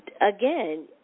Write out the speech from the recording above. again